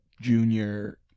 junior